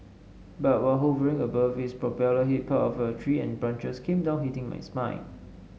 but while hovering above its propeller hit part of a tree and branches came down hitting my spine